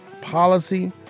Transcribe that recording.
policy